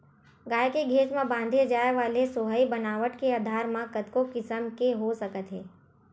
गाय के घेंच म बांधे जाय वाले सोहई बनावट के आधार म कतको किसम के हो सकत हे